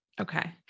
Okay